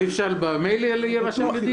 אי אפשר יהיה להירשם לדיון גם במייל?